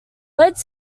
led